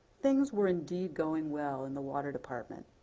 things were indeed going well in the water department.